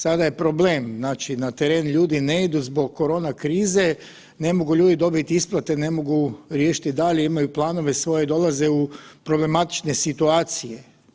Sada je problem na teren ljudi ne idu zbog korona krize, ne mogu ljudi dobiti isplate, ne mogu riješiti dalje imaju planove svoje dolaze u problematične situacije.